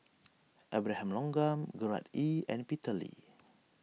Abraham Logan Gerard Ee and Peter Lee